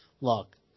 Look